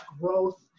growth